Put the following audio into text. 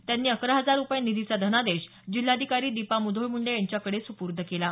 त्यांनी अकरा हजार रुपये निधीचा धनादेश जिल्हाधिकारी दीपा मुधोळ मुंडे यांच्याकडे सुपूर्द केला आहे